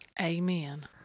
Amen